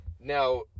Now